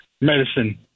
medicine